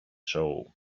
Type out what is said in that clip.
show